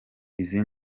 izi